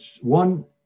one